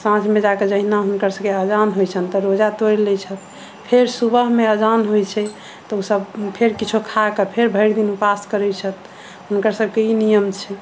साँझ मे जाके जहिना हुनका सभके अजान होइ छनि तऽ रोजा तोड़ि लै छथिन फेर सुबह मे अजान होइ छै तऽ ओ सभ फेर किछो खाकऽ फेर भरि दिन उपास करै छथि हुनकर सभके ई नियम छै